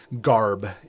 garb